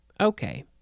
okay